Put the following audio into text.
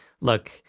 look